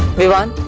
vivaan.